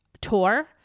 tour